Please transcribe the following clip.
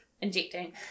injecting